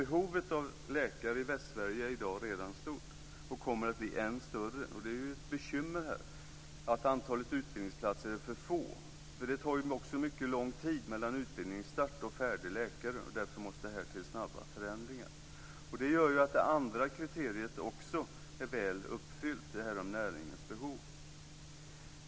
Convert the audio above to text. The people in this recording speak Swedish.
Behovet av läkare i Västsverige är stort redan i dag, och kommer att bli än större. Det är ett bekymmer att antalet utbildningsplatser är för få. Det är ju en mycket lång tid mellan utbildningsstart och färdig läkare. Därför måste här till snabba förändringar. Detta gör att också det andra kriteriet, dvs. det om näringens behov, är väl uppfyllt.